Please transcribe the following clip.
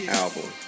album